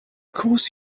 course